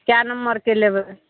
कै नम्बरके लेबै